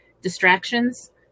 distractions